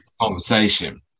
conversation